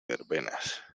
verbenas